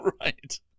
right